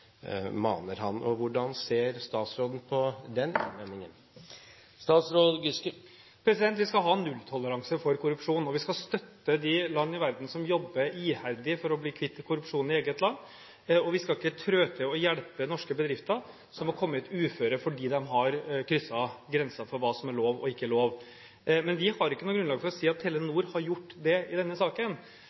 maner han. Hvordan ser statsråden på den innvendingen? Vi skal ha nulltoleranse for korrupsjon. Vi skal støtte de land i verden som jobber iherdig for å bli kvitt korrupsjon i eget land. Vi skal ikke trå til og hjelpe norske bedrifter som har kommet i et uføre fordi de har krysset grensen for hva som er lov og ikke lov. Vi har ikke noe grunnlag for å si at Telenor har gjort det i denne saken.